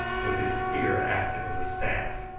with his spear acting as a staff.